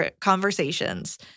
conversations